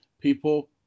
people